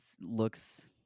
looks